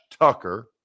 Tucker